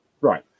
Right